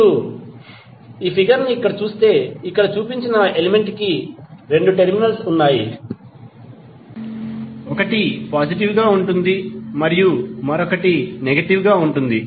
మీరు ఈ ఫిగర్ ని చూస్తే ఇక్కడ చూపించిన ఎలిమెంట్ కి రెండు టెర్మినల్ స్ ఉన్నాయి ఒకటి పాజిటివ్ గా ఉంటుంది మరియు మరొకటి నెగటివ్ గా ఉంటుంది